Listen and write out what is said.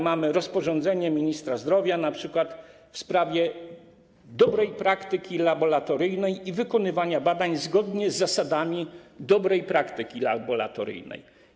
Mamy rozporządzenie ministra zdrowia np. w sprawie dobrej praktyki laboratoryjnej i wykonywania badań zgodnie z zasadami dobrej praktyki laboratoryjnej.